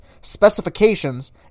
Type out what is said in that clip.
specifications